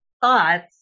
thoughts